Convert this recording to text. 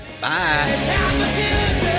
Bye